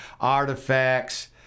artifacts